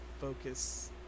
focus